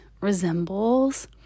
resembles